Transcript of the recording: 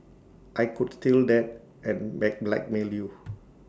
I could steal that and blackmail you